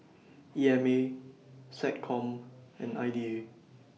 E M A Seccom and I D A